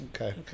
Okay